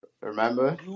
Remember